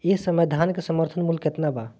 एह समय धान क समर्थन मूल्य केतना बा?